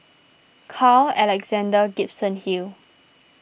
Carl Alexander Gibson Hill